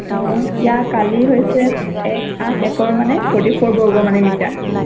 অঁ ইয়াৰ কালি হৈছে এক আঠ একৰ মানে ফৰ্টি ফ'ৰ বৰ্গৰ মানে মিটাৰ